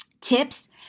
Tips